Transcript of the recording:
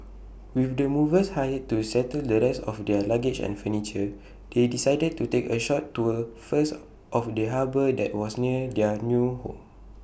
with the movers hired to settle the rest of their luggage and furniture they decided to take A short tour first of the harbour that was near their new home